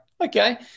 okay